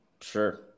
Sure